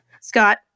Scott